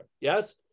Yes